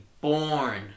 born